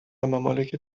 ممالک